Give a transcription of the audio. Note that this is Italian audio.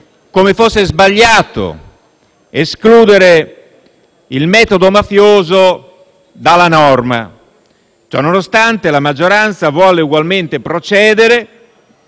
come fosse sbagliato escludere il metodo mafioso dalla norma. Ciononostante, la maggioranza volle ugualmente procedere,